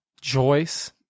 Joyce